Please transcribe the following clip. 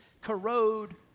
corrode